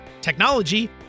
technology